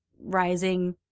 rising